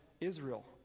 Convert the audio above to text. Israel